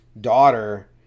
daughter